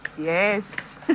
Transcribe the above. Yes